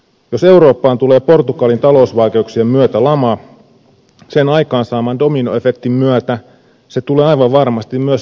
jos eurooppaan tulee portugalin talousvaikeuksien myötä lama sen aikaansaaman dominoefektin myötä se tulee aivan varmasti myös suomeen